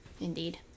Indeed